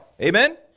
Amen